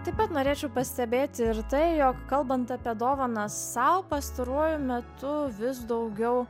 taip pat norėčiau pastebėti ir tai jog kalbant apie dovanas sau pastaruoju metu vis daugiau